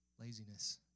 laziness